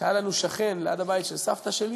שהיה לנו שכן ליד הבית של סבתא שלי